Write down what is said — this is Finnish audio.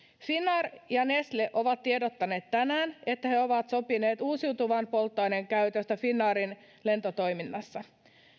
finnair ja neste ovat tiedottaneet tänään että ne ovat sopineet uusiutuvan polttoaineen käytöstä finnairin lentotoiminnassa